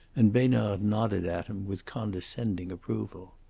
and besnard nodded at him with condescending approval.